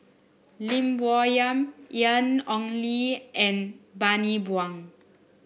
Lim Bo Yam Ian Ong Li and Bani Buang